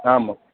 आम्